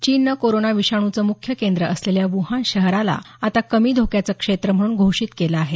चीननं कोरोना विषाणूचं मुख्य केंद्र असलेल्या वुहान शहराला आता कमी धोक्याचं क्षेत्र म्हणून घोषित केलं आहे